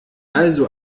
also